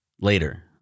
Later